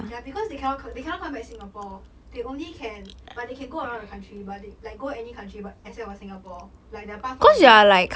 ya because they cannot because they cannot come back singapore they only can but they can go around the country but they like go any country but except for singapore like their passport all this thing